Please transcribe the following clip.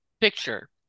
picture